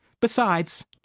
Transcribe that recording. Besides